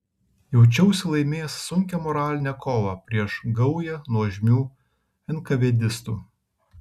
jaučiausi laimėjęs sunkią moralinę kovą prieš gaują nuožmių enkavėdistų